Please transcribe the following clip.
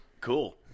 Cool